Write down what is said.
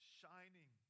shining